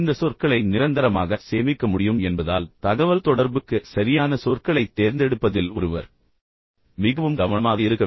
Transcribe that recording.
இந்த சொற்களை நிரந்தரமாக சேமிக்க முடியும் என்பதால் தகவல்தொடர்புக்கு சரியான சொற்களைத் தேர்ந்தெடுப்பதில் ஒருவர் மிகவும் கவனமாக இருக்க வேண்டும்